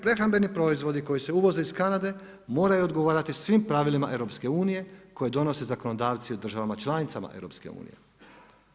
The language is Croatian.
Prehrambeni proizvodi koji se uvoze iz Kanade moraju odgovarati svim pravilima EU-a koje donose zakonodavci u državama članicama EU-a.